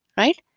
right?